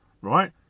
right